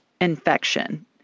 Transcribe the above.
infection